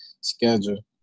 schedule